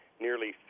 nearly